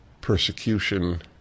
persecution